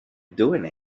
doing